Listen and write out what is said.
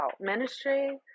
ministry